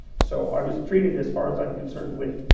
so i was treated as far as i'm concerned with,